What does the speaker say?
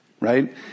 right